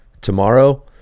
Tomorrow